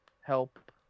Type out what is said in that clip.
help